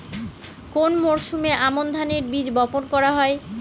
কোন মরশুমে আমন ধানের বীজ বপন করা হয়?